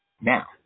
Now